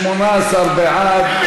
18 בעד,